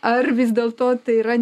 ar vis dėlto tai yra